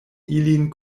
ilin